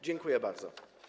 Dziękuję bardzo.